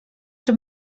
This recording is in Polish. czy